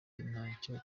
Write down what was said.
ntacyo